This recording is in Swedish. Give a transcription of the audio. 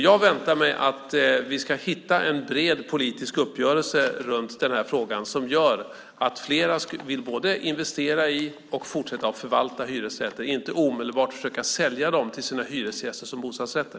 Jag väntar mig att vi ska hitta en bred politisk uppgörelse i den här frågan som gör att fler vill både investera i och fortsätta att förvalta hyresrätter, inte omedelbart försöka sälja dem till sina hyresgäster som bostadsrätter.